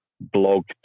Blog